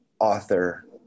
author